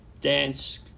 dance